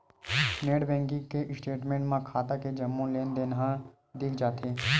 net banking के statement म खाता के जम्मो लेनदेन ह दिख जाथे